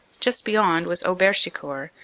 just beyond was auberchicourt,